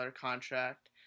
contract